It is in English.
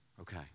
Okay